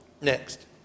Next